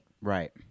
Right